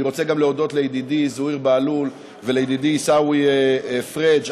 אני רוצה גם להודות לידידי זוהיר בהלול ולידידי עיסאווי פריג',